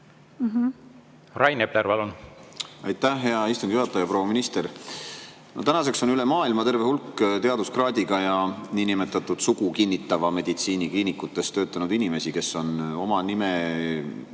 Rain Epler, palun! Aitäh, hea istungi juhataja! Proua minister! Tänaseks on üle maailma terve hulk teaduskraadiga ja niinimetatud sugu kinnitavates meditsiinikliinikutes töötanud inimesi, kes on oma nime